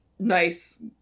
Nice